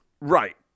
Right